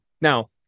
now